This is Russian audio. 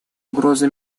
угрозы